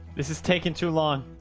this is taking too long,